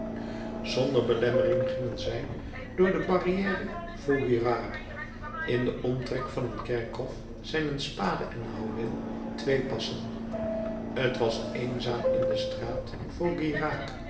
zonder belemmering gingen zij door de barrière vaugirard in den omtrek van een kerkhof zijn een spade en een houweel twee passen t was eenzaam in de straat